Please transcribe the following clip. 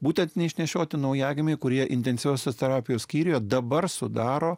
būtent neišnešioti naujagimiai kurie intensyviosios terapijos skyriuje dabar sudaro